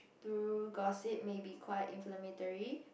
through gossip may be quite inflammatory